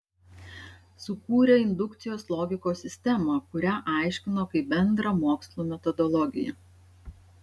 sukūrė indukcijos logikos sistemą kurią aiškino kaip bendrą mokslų metodologiją